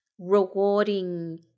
rewarding